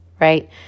right